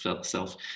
self